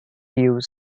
use